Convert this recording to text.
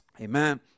amen